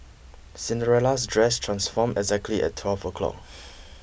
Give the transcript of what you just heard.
Cinderella's dress transformed exactly at twelve o'clock